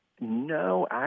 No